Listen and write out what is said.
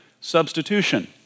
substitution